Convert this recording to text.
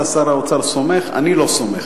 אתה, שר האוצר, סומך, אני לא סומך.